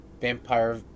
Vampire